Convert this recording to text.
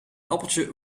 appeltje